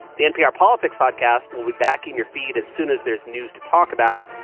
the npr politics podcast will be back in your feed as soon as there's news to talk about.